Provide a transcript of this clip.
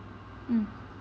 mm